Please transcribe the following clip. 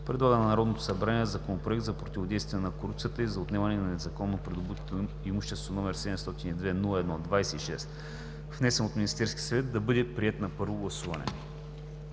предлага на Народното събрание Законопроект за противодействие на корупцията и за отнемане на незаконно придобитото имущество, № 702-01-26, внесен от Министерския съвет, да бъде приет на първо гласуване.“